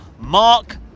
Mark